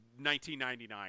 1999